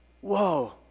Whoa